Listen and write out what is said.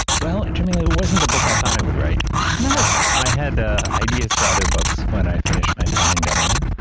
well, jameela, it wasn't the book i thought i would write no i had ah ideas for other books when i finished my time in government.